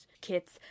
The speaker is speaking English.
kits